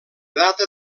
data